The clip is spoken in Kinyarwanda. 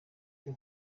ryo